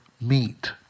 meet